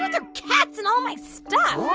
and there cats in all my stuff?